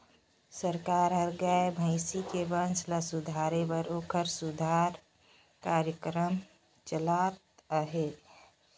सरकार हर गाय, भइसी के बंस ल सुधारे बर ओखर सुधार कार्यकरम चलात अहे